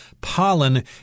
Pollen